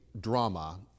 drama